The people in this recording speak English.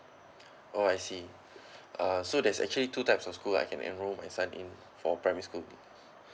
oh I see uh so there's actually two types of school I can enroll my son in for primary school